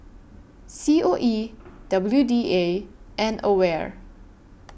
C O E W D A and AWARE